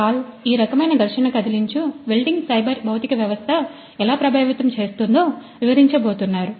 Paul ఈ రకమైన ఘర్షణ కదిలించు వెల్డింగ్ సైబర్ భౌతిక వ్యవస్థ ఎలా ప్రభావితం చేస్తుందో వివరించబోతున్నా రూ